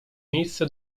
miejsce